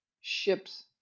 ships